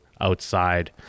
outside